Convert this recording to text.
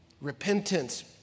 Repentance